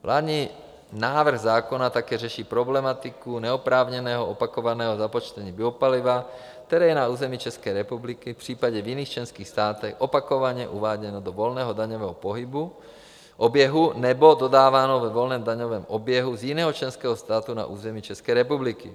Vládní návrh zákona také řeší problematiku neoprávněného opakovaného započtení biopaliva, které je na území České republiky, případně i v jiných členských státech, opakovaně uváděno do volného daňového pohybu, oběhu, nebo dodáváno ve volném daňovém oběhu z jiného členského státu na území České republiky.